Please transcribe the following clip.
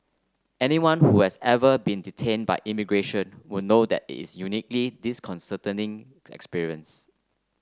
anyone who has ever been detained by immigration would know that it is a uniquely disconcerting experience